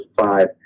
five